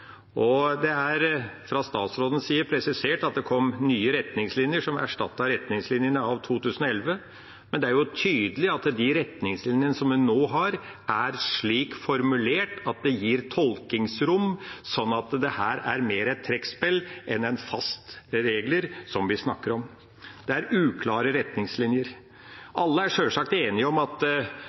lønn. Det er fra statsrådens side presisert at det kom nye retningslinjer som erstattet retningslinjene av 2011, men det er jo tydelig at de retningslinjene en nå har, er slik formulert at det gir tolkningsrom, så det er mer et trekkspill enn faste regler vi snakker om. Det er uklare retningslinjer. Alle er sjølsagt enige om at